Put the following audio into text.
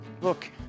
Look